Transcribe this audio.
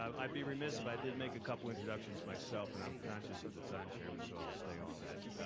um i'd be remiss if i didn't make a couple introductions myself, and i'm conscious of the time, chairman, so i'll stay on that.